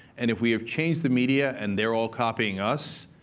and if we have changed the media, and they're all copying us,